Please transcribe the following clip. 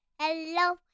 hello